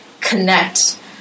connect